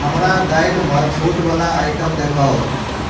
हमरा दालिमे छूट बला आइटम देखाउ